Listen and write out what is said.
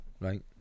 right